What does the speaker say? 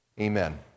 Amen